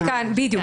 בדיוק.